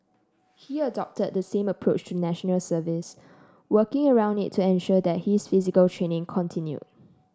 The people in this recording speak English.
he adopted the same approach to National Service working around it to ensure that his physical training continue